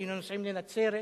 היינו נוסעים לנצרת